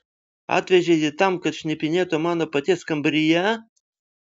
atvežei jį tam kad šnipinėtų mano paties kambaryje